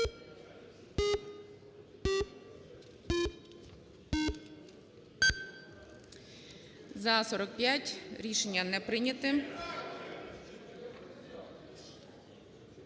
За-49 Рішення не прийнято.